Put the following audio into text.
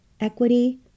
equity